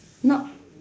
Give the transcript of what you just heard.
not